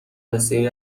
بسیاری